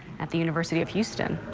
at the university of houston.